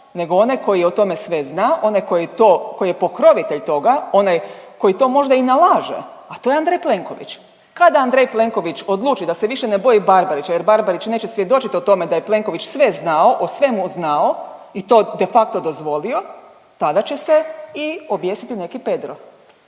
nego onaj koji o tome sve zna, onaj koji to, koji je pokrovitelj toga, onaj koji to možda i nalaže, a to je Andrej Plenković. Kada Andrej Plenković odluči da se više ne boji Barbarića, jer Barbarić neće svjedočiti o tome da je Plenković sve znao, o svemu znao i to de facto dozvolio, tada će se i objesiti neki Pedro.